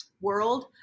world